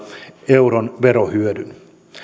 euron verohyödyn